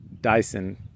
Dyson